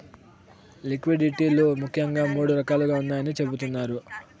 liquidity లు ముఖ్యంగా మూడు రకాలుగా ఉన్నాయని చెబుతున్నారు